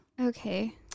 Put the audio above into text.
Okay